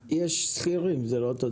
יש שכירים, זה לא אותו דבר.